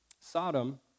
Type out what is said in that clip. Sodom